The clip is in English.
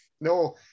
No